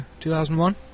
2001